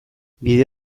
bide